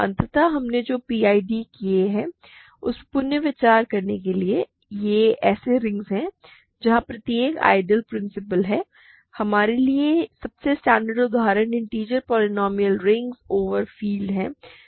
अतः हमने जो पीआईडी किए हैं उन पर पुनर्विचार करने के लिए ये ऐसे रिंग्स हैं जहाँ प्रत्येक आइडियल प्रिंसिपल है हमारे लिए सबसे स्टैण्डर्ड उदाहरण integer polynomial rings over field हैं